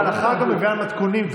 ההלכה גם מביאה מתכונים טובים,